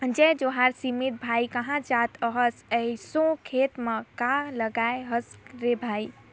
जय जोहार समीत भाई, काँहा जात अहस एसो खेत म काय लगाय हस रे भई?